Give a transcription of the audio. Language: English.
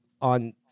on